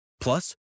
Plus